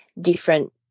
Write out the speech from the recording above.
different